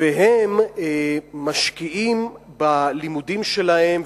והם משקיעים בלימודים שלהם,